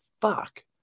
fuck